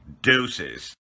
deuces